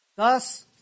Thus